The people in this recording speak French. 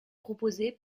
proposées